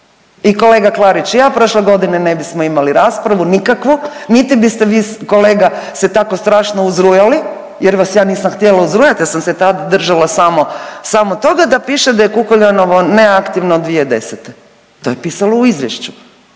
I kolega Klarić i ja prošle godine ne bismo imali raspravu nikakvu, niti biste vi kolega se tako strašno uzrujali jer vas ja nisam htjela uzrujat, ja sam se tad držala samo, samo toga da piše da je Kukuljanovo neaktivno od 2010., to je pisalo u izvješću.